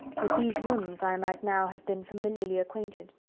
with these rooms i might now have been familiarly acquainted!